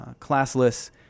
classless